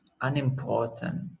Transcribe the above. unimportant